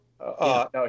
No